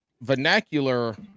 vernacular